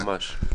ממש.